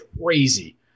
crazy